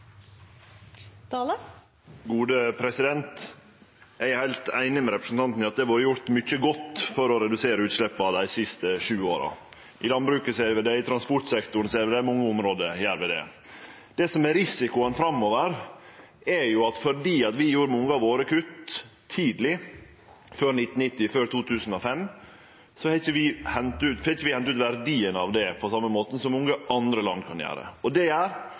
heilt einig med representanten i at det har vore gjort mykje godt for å redusere utsleppa dei siste sju åra. I landbruket ser vi det, i transportsektoren ser vi det – på mange område gjer vi det. Det som er risikoen framover, er jo at fordi vi gjorde mange av våre kutt tidleg – før 1990 og før 2005 – får vi ikkje henta ut verdien av det på same måten som mange andre land kan gjere. Det gjer